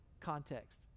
context